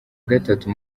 gatatu